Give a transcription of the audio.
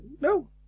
no